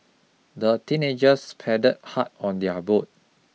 the teenagers paddled hard on their boat